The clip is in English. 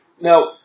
Now